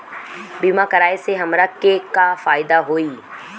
बीमा कराए से हमरा के का फायदा होई?